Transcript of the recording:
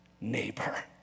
neighbor